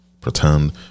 pretend